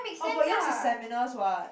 oh but yours is seminars what